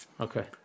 Okay